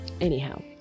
Anyhow